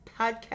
podcast